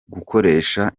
gukoresha